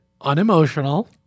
unemotional